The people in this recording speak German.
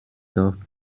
doch